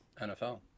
NFL